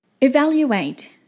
Evaluate